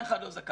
אף אחד לא זכאי,